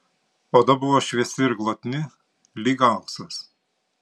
oda buvo šviesi ir glotni lyg auksas